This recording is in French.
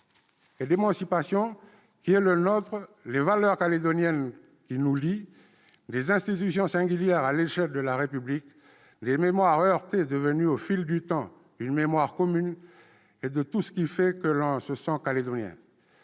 et d'émancipation, les valeurs calédoniennes qui nous lient, des institutions singulières à l'échelle de la République, des mémoires heurtées devenues au fil du temps une mémoire commune, et tout ce qui fait que l'on se sent calédonien.